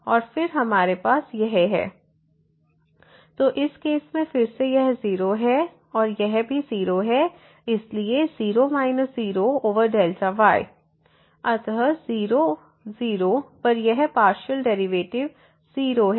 और फिर हमारे पास यह है fy0 0f0Δy f00Δy तो इस केस में फिर से यह 0 है और यह भी 0 है इसलिए 0 0Δy अतः 0 0 पर यह पार्शियल डेरिवेटिव 0 है